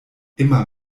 immer